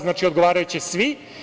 Znači, odgovaraće svi.